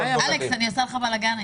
תחת מי נמצאות רשויות הפיקוח?